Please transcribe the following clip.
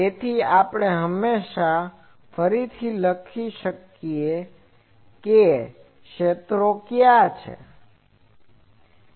તેથી આપણે હમણાં જ ફરીથી લખીએ કે ક્ષેત્રો કયા છે